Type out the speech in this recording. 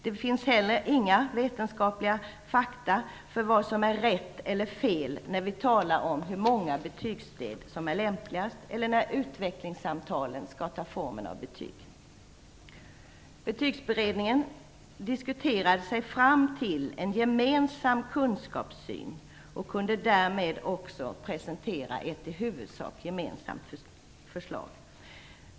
Det finns heller inga vetenskapliga fakta som säger vad som är rätt eller fel när vi talar om hur många betygssteg som är lämpligast eller när utvecklingssamtalen skall ta formen av betyg. Betygsberedningen diskuterade sig fram till en gemensam kunskapssyn och kunde därmed också presentera ett i huvudsak gemensamt förslag.